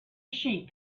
sheep